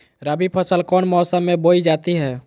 रबी फसल कौन मौसम में बोई जाती है?